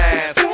ass